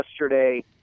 yesterday